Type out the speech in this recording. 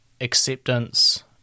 acceptance